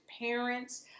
parents